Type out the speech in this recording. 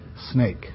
Snake